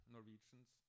Norwegians